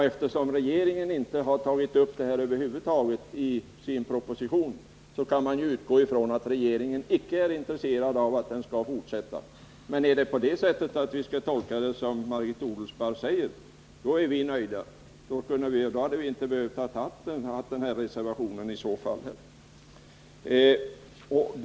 Eftersom regeringen över huvud taget inte tagit upp detta i sin proposition kan man utgå från att regeringen icke är intresserad av att garantin skall fortsätta att gälla. Men skall vi tolka utskottsuttalandet på det sätt Margit Odelsparr säger är vi nöjda. Då hade vi inte behövt bifoga någon reservation.